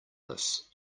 this